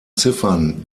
ziffern